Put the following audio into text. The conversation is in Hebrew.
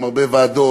עם הרבה ועדות,